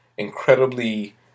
incredibly